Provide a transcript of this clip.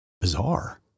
bizarre